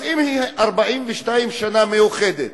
אז אם 42 שנה היא מאוחדת,